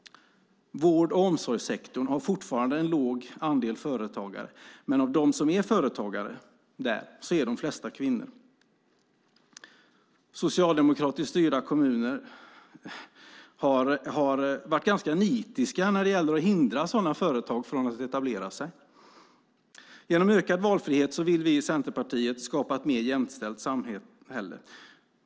Vård och omsorgssektorn har fortfarande en låg andel företagare. Men av dem som är företagare där är de flesta kvinnor. Socialdemokratiskt styrda kommuner har varit ganska nitiska med att hindra sådana företag från att etablera sig. Genom ökad valfrihet vill vi i Centerpartiet skapa ett mer jämställt samhälle.